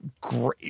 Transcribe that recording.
Great